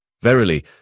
Verily